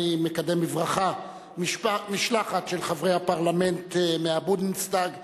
אני מקדם בברכה משלחת של חברי הפרלמנט מהבונדסטאג הגרמני,